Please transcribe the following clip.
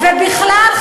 ובכלל,